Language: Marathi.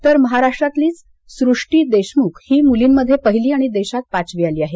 तर महाराष्ट्रातलीच सृष्टी देशमुख ही मुर्लीमध्ये पहिली आणि देशात पाचवी आली आहे